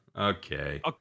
okay